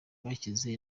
bwashyize